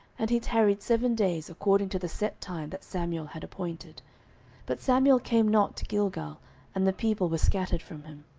and he tarried seven days, according to the set time that samuel had appointed but samuel came not to gilgal and the people were scattered from him.